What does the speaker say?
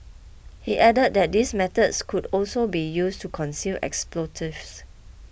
he added that these methods could also be used to conceal explosives